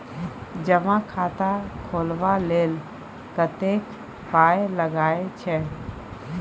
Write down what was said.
जमा खाता खोलबा लेल कतेक पाय लागय छै